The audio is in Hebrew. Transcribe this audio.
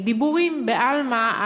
דיבורים בעלמא,